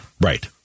Right